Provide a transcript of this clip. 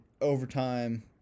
overtime